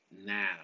now